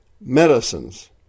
medicines